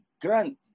grant